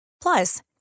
Plus